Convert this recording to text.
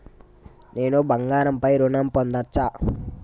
నేను బంగారం పై ఋణం పొందచ్చా?